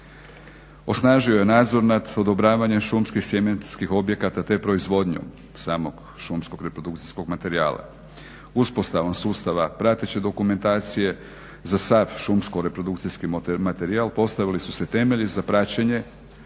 Osnažio je nadzor nad odobravanjem šumskih sjemenskih objekata te proizvodnju samog šumskog reprodukcijskog materijala. Uspostavom sustava prateće dokumentacije za sav šumsko reprodukcijski materijal postavili su se temelji za praćenje